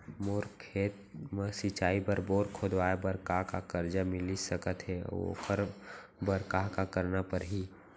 मोर खेत म सिंचाई बर बोर खोदवाये बर का का करजा मिलिस सकत हे अऊ ओखर बर का का करना परही?